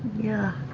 yeah.